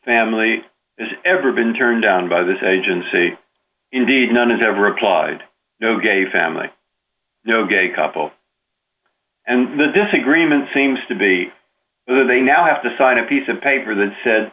family has ever been turned down by this agency indeed none is ever applaud no gay family no gay couple and the disagreement seems to be that they now have to sign a piece of paper that said